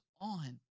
on